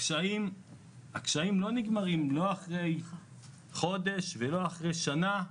הקשיים לא נגמרים אחרי חודש ולא אחרי שנה,